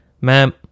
ma'am